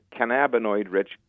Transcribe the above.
cannabinoid-rich